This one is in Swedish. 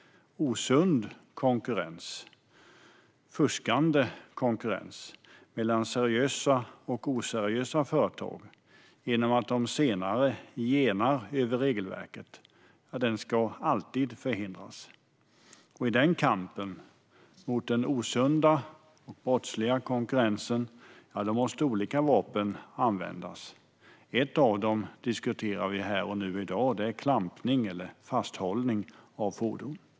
Osund konkurrens och fuskande mellan seriösa och oseriösa företag genom att de senare genar över regelverket ska alltid förhindras. I den kampen, mot den osunda brottsliga konkurrensen, måste olika vapen användas. Ett av dem diskuterar vi här och nu i dag. Det är klampning eller fasthållning av fordon.